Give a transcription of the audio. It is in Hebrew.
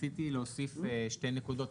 רציתי להוסיף שתי נקודות.